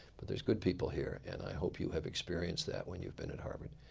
but there's good people here. and i hope you have experienced that when you've been at harvard.